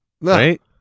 right